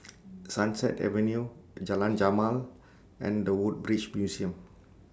Sunset Avenue Jalan Jamal and The Woodbridge Museum